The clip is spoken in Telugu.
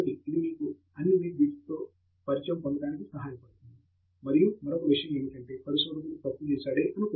తంగిరాల ఒకటి ఇది మీకు అన్ని నిట్ బిట్స్తో పరిచయం పొందడానికి సహాయపడుతుంది మరియు మరొక విషయం ఏమిటంటే పరిశోధకుడు తప్పు చేశాడే అనుకోండి